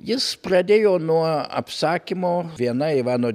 jis pradėjo nuo apsakymo viena ivano